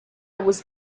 was